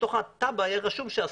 שבתוך התב"ע יהיה רשום שאסור.